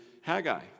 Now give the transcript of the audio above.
Haggai